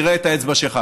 נראה את האצבע שלך.